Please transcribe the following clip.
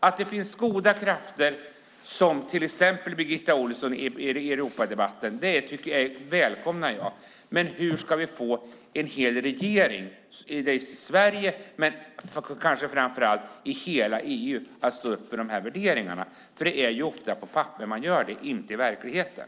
Att det finns goda krafter som till exempel Birgitta Ohlsson i Europadebatten välkomnar jag, men hur ska vi få en hel regering i Sverige och kanske framför allt i hela EU att stå upp för de här värderingarna? För man gör det ju ofta på papper och inte i verkligheten.